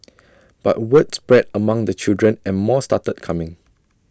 but word spread among the children and more started coming